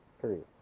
period